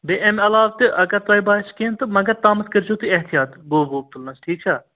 بیٚیہِ اَمۍ علاوٕ تہِ اگر تۄہہِ باسہِ کیٚنٛہہ تہٕ مگر تامَتھ کٔرۍزیو تُہۍ احتیاط گوٚب ووٚب تُلنَس ٹھیٖک چھا